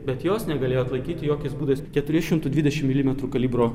bet jos negalėjo atlaikyti jokiais būdais keturių šimtų dvidešim milimetrų kalibro